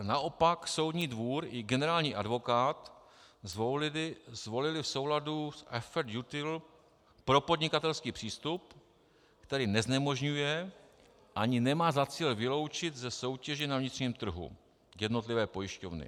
Naopak Soudní dvůr i generální advokát zvolili v souladu s propodnikatelský přístup, který neznemožňuje ani nemá za cíl vyloučit ze soutěže na vnitřním trhu jednotlivé pojišťovny.